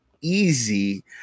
easy